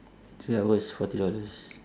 three hours forty dollars